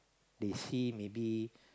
they see maybe